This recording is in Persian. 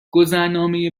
گذرنامه